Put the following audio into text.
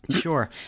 sure